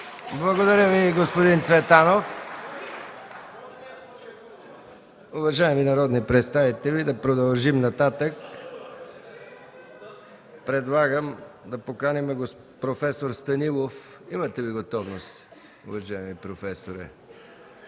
Благодаря Ви, господин Цветанов. Уважаеми народни представители, да продължим нататък. Предлагам да поканим проф. Станилов, ако има готовност, за изказване.